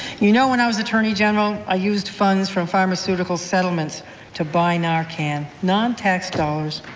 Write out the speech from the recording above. you know when i was attorney general, i used funds from pharmaceutical settlements to buy narcan, non-tax dollars,